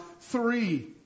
three